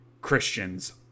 christians